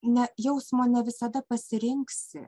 ne jausmo ne visada pasirinksi